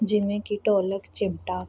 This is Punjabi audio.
ਜਿਵੇਂ ਕਿ ਢੋਲ ਚਿਮਟਾ